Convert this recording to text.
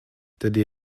dydy